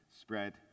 spread